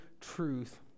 truth